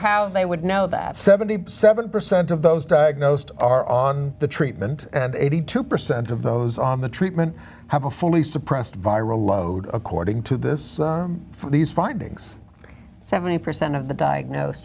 how they would know that seventy seven percent of those diagnosed are on the treatment and eighty two percent of those on the treatment have a fully suppressed viral load according to this for these findings seventy percent of the diagnose